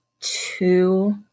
two